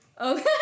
Okay